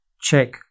check